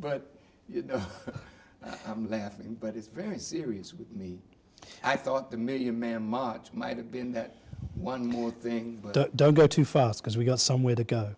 but i'm laughing but it's very serious with me i thought the million man march might have been that one more thing but i don't go too fast because we got somewhere to go